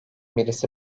birisi